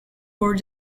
poor